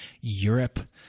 Europe